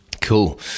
Cool